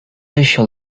usual